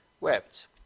wept